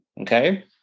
okay